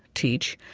teach,